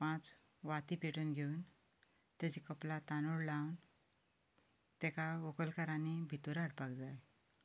पांच वाती पेटोवन घेवन ताच्या कपलाक तांदूळ लावन ताका व्हंकलकारांनी भितर हाडपाक जाय